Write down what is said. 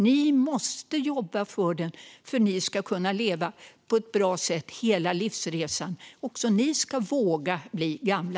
Ni måste jobba för det för att ni ska kunna leva på ett bra sätt hela livsresan och för att ni ska våga bli gamla.